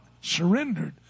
surrendered